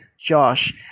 Josh